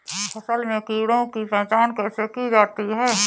फसल में कीड़ों की पहचान कैसे की जाती है?